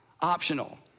optional